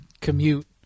commute